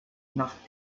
nach